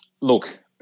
Look